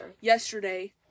yesterday